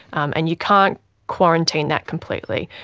and you can't quarantine that completely.